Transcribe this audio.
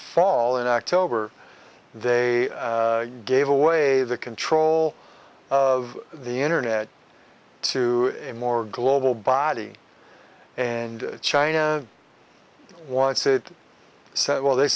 fall in october they gave away the control of the internet to a more global body and china wants it said well they